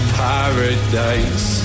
paradise